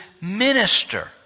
minister